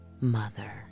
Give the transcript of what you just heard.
mother